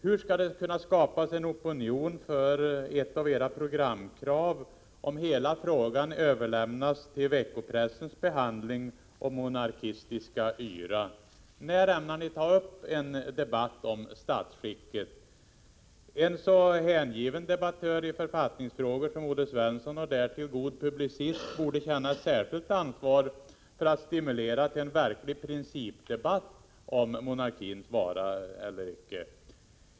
Hur skall det kunna skapas en opinion för ett av era programkrav, om hela frågan överlämnas till veckopressens behandling och monarkistiska yra? När ämnar ni ta upp en debatt om statsskicket? En så hängiven debattör i författningsfrågor och därtill god publicist som Olle Svensson borde känna ett särskilt ansvar för att stimulera till en verklig principdebatt om monarkins vara eller icke vara.